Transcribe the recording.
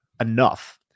enough